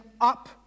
up